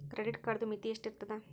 Credit ಕಾರ್ಡದು ಮಿತಿ ಎಷ್ಟ ಇರ್ತದ?